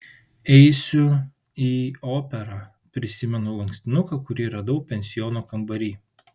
eisiu į operą prisimenu lankstinuką kurį radau pensiono kambary